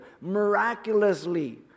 Miraculously